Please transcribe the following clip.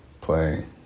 playing